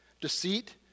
deceit